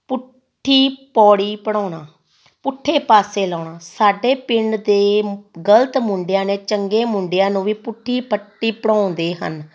ਪੁੱਠੀ ਪੌੜੀ ਪੜ੍ਹਾਉਣਾ ਪੁੱਠੇ ਪਾਸੇ ਲਾਉਣਾ ਸਾਡੇ ਪਿੰਡ ਦੇ ਗਲਤ ਮੁੰਡਿਆਂ ਨੇ ਚੰਗੇ ਮੁੰਡਿਆਂ ਨੂੰ ਵੀ ਪੁੱਠੀ ਪੱਟੀ ਪੜ੍ਹਾਉਂਦੇ ਹਨ